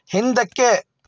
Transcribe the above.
ಹಿಂದಕ್ಕೆ